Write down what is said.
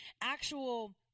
actual